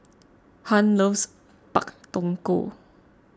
Hunt loves Pak Thong Ko